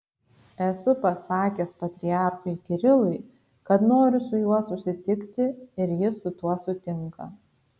esu pasakęs patriarchui kirilui kad noriu su juo susitikti ir jis su tuo sutinka